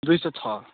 दुई सौ छ